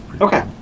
okay